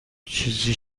چیزی